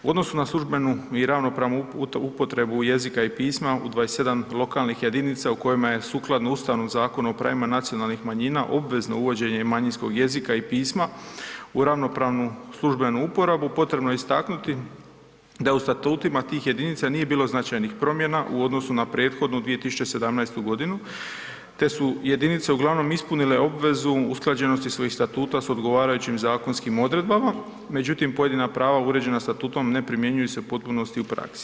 U odnosu na službenu i ravnopravnu upotrebu jezika i pisma, u 27 lokalnih jedinica u kojima je sukladno Ustavnom zakonu o pravima nacionalnih manjina obvezno uvođenje manjinskog jezika i pisma u ravnopravnu službenu uporabu, potrebno je istaknuti da u statutima tih jedinica nije bilo značajnih promjena u odnosu na prethodnu 2017. g. te su jedinice uglavnom ispunile obvezu usklađenosti svojih statuta s odgovarajućim zakonskim odredbama međutim pojedina prava uređena statutom ne primjenjuju se u potpunosti u praksi.